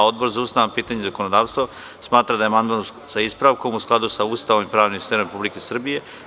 Odbor za ustavna pitanja i zakonodavstvo, smatra da je amandman sa ispravkom u skladu sa Ustavom i pravnim sistemom Republike Srbije.